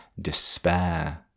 despair